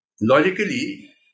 Logically